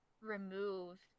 remove